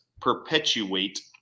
perpetuate